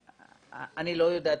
אני לא יודעת,